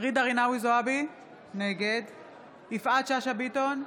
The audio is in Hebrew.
ג'ידא רינאוי זועבי, נגד יפעת שאשא ביטון,